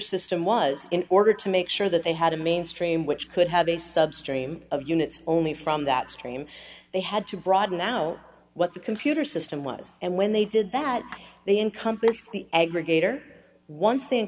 system was in order to make sure that they had a mainstream which could have a sub stream of units only from that stream they had to broaden now what the computer system was and when they did that they encompassed the aggregator once the